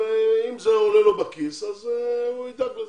אם זה יעלה לו בכיס אז הוא ידאג לזה.